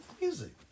music